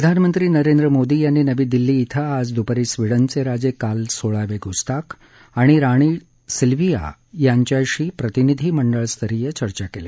प्रधानमंत्री नरेंद्र मोदी यांनी नवी दिल्ली क्वें आज दुपारी स्वीडनचे राजे कार्ल सोळावे गुस्ताफ आणि राणी सिल्व्हआ यांच्याशी प्रतिनिधी मंडळस्तरीय चर्चा केली